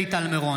ארז, הוא הצביע.